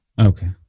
Okay